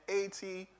eighty